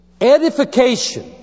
edification